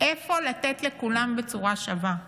איפה לתת לכולם בצורה שווה?